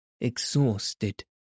exhausted